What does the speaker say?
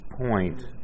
point